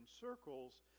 circles